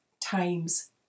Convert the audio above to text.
times